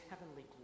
heavenly